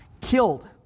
killed